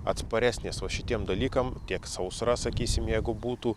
atsparesnės o šitiem dalykam tiek sausra sakysim jeigu būtų